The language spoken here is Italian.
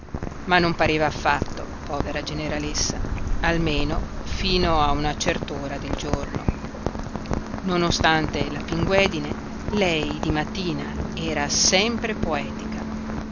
ma non pareva affatto povera generalessa almeno fino a una cert'ora del giorno non ostante la pinguedine lei di mattina era sempre poetica